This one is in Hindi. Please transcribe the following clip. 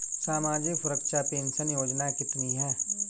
सामाजिक सुरक्षा पेंशन योजना कितनी हैं?